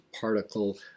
particle